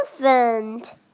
elephant